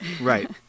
Right